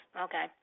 Okay